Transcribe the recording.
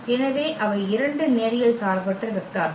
எனவே அவை 2 நேரியல் சார்பற்ற வெக்டர்கள்